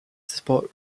support